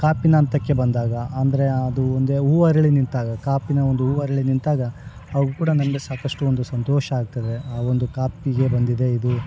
ಕಾಪಿನ ಹಂತಕ್ಕೆ ಬಂದಾಗ ಅಂದರೆ ಆದು ಒಂದೆ ಹೂ ಅರಳಿ ನಿಂತಾಗ ಕಾಪಿನ ಒಂದು ಹೂ ಅರಳಿ ನಿಂತಾಗ ಅವು ಕೂಡ ನಮಗೆ ಸಾಕಷ್ಟು ಒಂದು ಸಂತೋಷ ಆಗ್ತದೆ ಆ ಒಂದು ಕಾಪಿಗೆ ಬಂದಿದೆ ಇದು